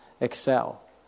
excel